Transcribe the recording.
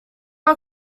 are